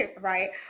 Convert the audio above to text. Right